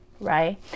right